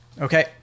Okay